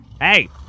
hey